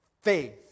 faith